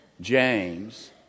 James